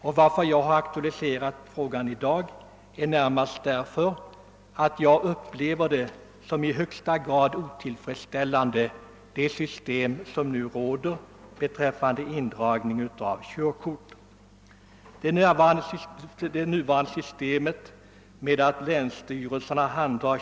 Att jag nu har aktualiserat frågan beror närmast på att jag upplever det system som nu råder som i högsta grad otillfredsställande.